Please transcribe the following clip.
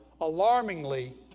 alarmingly